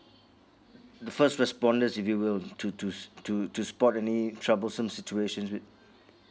the first respondents if you will to to to to spot any troublesome situation with